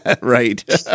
Right